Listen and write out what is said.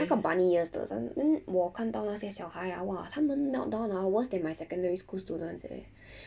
那个 bunny ears 的真 then 我看到那些小孩啊哇他们 meltdown ah worse than my secondary school students eh